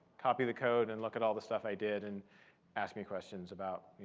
copy the code, and look at all the stuff i did, and ask me questions about,